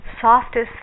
softest